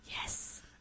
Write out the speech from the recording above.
yes